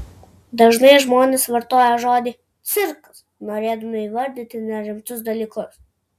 dažnai žmonės vartoja žodį cirkas norėdami įvardyti nerimtus dalykus